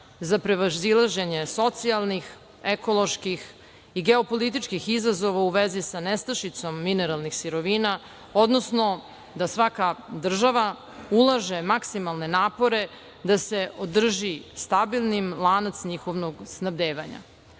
za prevazilaženje socijalnih, ekoloških i geopolitičkih izazova u vezi sa nestašicom mineralnih sirovina, odnosno da svaka država ulaže maksimalne napore da se održi stabilnim lanac njihovog snabdevanja.